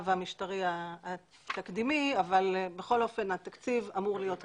המשטרי התקדימי אבל התקציב אמור להיות קיים.